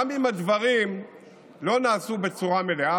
גם אם הדברים לא נעשו בצורה מלאה,